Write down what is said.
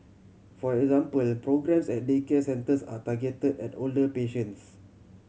for example programmes at daycare centres are targeted at older patients